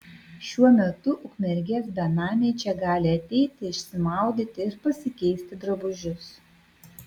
šiuo metu ukmergės benamiai čia gali ateiti išsimaudyti ir pasikeisti drabužius